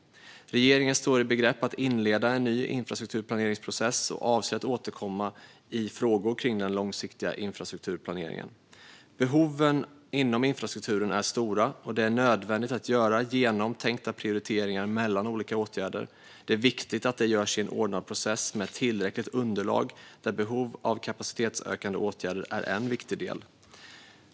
Regeringen står i begrepp att inleda en ny infrastrukturplaneringsprocess och avser att återkomma i frågor kring den långsiktiga infrastrukturplaneringen. Behoven inom infrastrukturen är stora, och det är nödvändigt att göra genomtänkta prioriteringar mellan olika åtgärder. Det är viktigt med en ordnad process med tillräckligt underlag där behov av kapacitetsökande åtgärder är en viktig del.